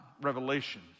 Revelation